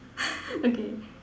okay